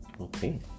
Okay